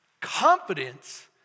Confidence